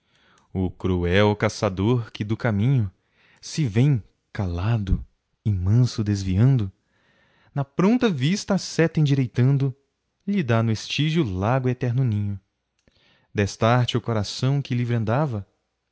cruel caçador que do caminho se vem calado e manso desviando na pronta vista a seta endireitando lhe dá no estígio lago eterno ninho dest arte o coração que livre andava